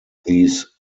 these